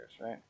right